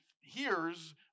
hears